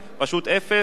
פשוט אפס.